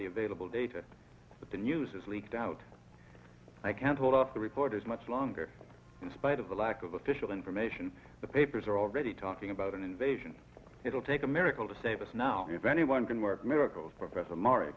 the available data but the news has leaked out i can't hold off the reporters much longer in spite of the lack of official information the papers are already talking about an invasion it will take a miracle to save us now if anyone can work miracles professor mari